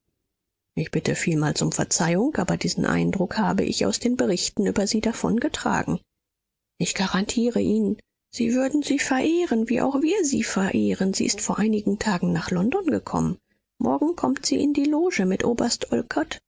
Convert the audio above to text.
ich bitte vielmals um verzeihung aber diesen eindruck habe ich aus den berichten über sie davongetragen ich garantiere ihnen sie würden sie verehren wie auch wir sie verehren sie ist vor einigen tagen nach london gekommen morgen kommt sie in die loge mit oberst